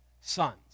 sons